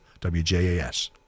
WJAS